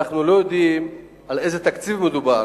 ואנחנו לא יודעים על איזה תקציב מדובר.